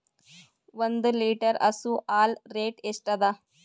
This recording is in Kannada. ಒಂದ್ ಲೀಟರ್ ಹಸು ಹಾಲ್ ರೇಟ್ ಎಷ್ಟ ಅದ?